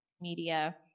media